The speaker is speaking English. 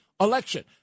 election